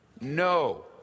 No